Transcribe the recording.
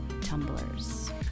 tumblers